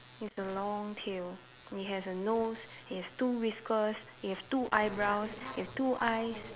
with a long tail it has a nose it has two whiskers it has two eyebrows it has two eyes